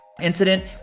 incident